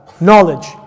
Knowledge